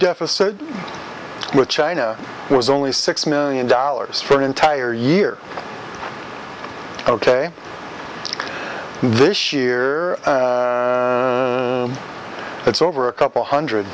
deficit with china was only six million dollars for an entire year ok this year it's over a couple hundred